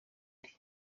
iri